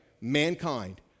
Mankind